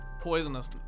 poisonous